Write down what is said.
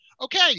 Okay